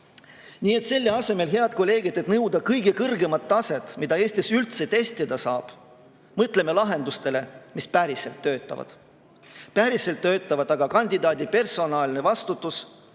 Nii et selle asemel, head kolleegid, et nõuda kõige kõrgemat taset, mida Eestis üldse testida saab, mõtleme lahendustele, mis päriselt töötavad. Päriselt töötavad kandidaadi personaalne vastutus